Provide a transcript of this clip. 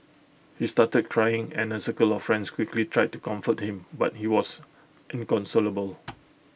he started crying and A circle of friends quickly tried to comfort him but he was inconsolable